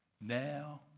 now